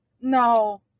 No